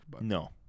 No